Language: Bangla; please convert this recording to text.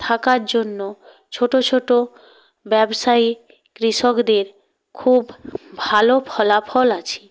থাকার জন্য ছোটো ছোটো ব্যবসায়ী কৃষকদের খুব ভালো ফলাফল আছে